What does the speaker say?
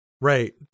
right